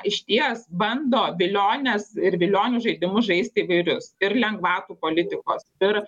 išties bando viliones ir vilionių žaidimus žaist įvairius ir lengvatų politikos ir